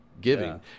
giving